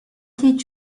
did